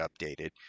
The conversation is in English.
updated